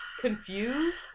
confused